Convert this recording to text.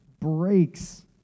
breaks